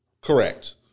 Correct